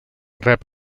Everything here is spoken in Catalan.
rep